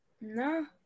No